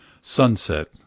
Sunset